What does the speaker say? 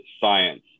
science